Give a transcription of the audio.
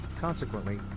Consequently